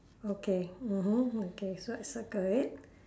okay mmhmm okay so I circle it